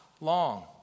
long